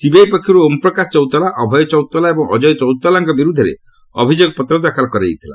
CBI ପକ୍ଷରୁ ଓମ୍ ପ୍ରକାଶ ଚୌତାଲା ଅଭୟ ଚୌତାଲା ଏବଂ ଅଜୟ ଚୌତାଲାଙ୍କ ବିରୁଦ୍ଧରେ ଅଭିଯୋଗପତ୍ର ଦାଖଲ କରାଯାଇଥିଲା